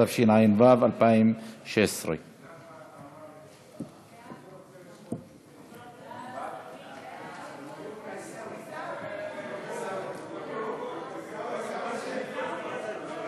התשע"ו 2016. ההצעה להעביר את הצעת חוק שידורי